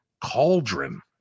cauldron